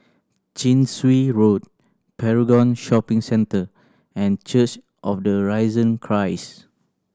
Chin Swee Road Paragon Shopping Centre and Church of the Risen Christ